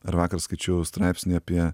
ar vakar skaičiau straipsnį apie